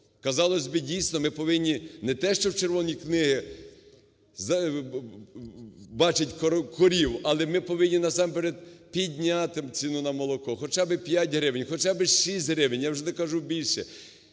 Казалось би, дійсно, ми повинні не те, щоб в Червоній книзі бачити корів, але ми повинні насамперед підняти ціну на молоко: хоча би 5 гривень, хоча би 6 гривень, я вже не кажу, більше.